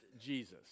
Jesus